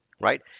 right